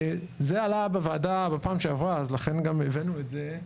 זה עלה בוועדה בפעם שעברה, לכן גם הבאנו את זה.